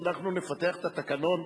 אנחנו נפתח את התקנון.